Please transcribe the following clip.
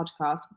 podcast